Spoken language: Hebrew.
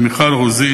מיכל רוזין,